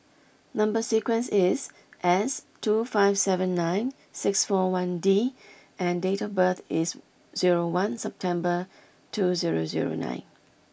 number sequence is S two five seven nine six four one D and date of birth is zero one September two zero zero nine